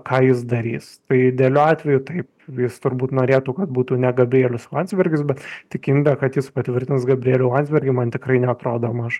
ką jis darys tai idealiu atveju taip jis turbūt norėtų kad būtų ne gabrielius landsbergis bet tikimybė kad jis patvirtins gabrielių landsbergį man tikrai neatrodo maža